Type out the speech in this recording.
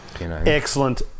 Excellent